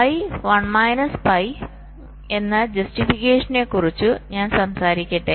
pi 1 minus pi എന്ന ജസ്റ്റിഫിക്കേഷനെക്കുറിച്ച് ഞാൻ സംസാരിക്കട്ടെ